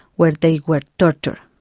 where they were tortured.